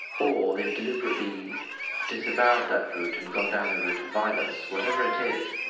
or they've deliberately disavowed that route and gone down the route of violence. whatever it is,